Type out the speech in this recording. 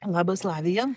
labas lavija